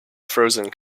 frozen